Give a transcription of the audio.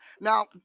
now